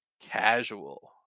casual